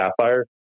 Sapphire